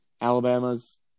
Alabama's